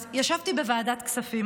אז ישבתי בוועדת הכספים,